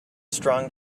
strong